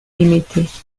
limitée